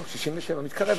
לא, 67. מתקרב.